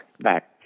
back